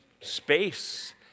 space